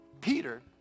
Peter